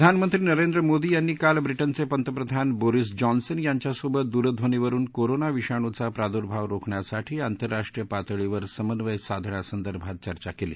प्रधानमंत्री नरेंद्र मोदी यांनी काल ब्रिटनचे पंतप्रधान बोरीस जॉन्सन यांच्यासोबत द्रध्वनीवरून कोरोना विषाणुचा प्रादुर्भाव रोखण्यासाठी आंतरराष्ट्रीय पातळीवर समन्वय साधण्यासंदर्भात चर्चा केली